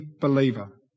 believer